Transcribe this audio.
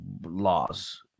laws